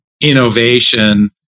innovation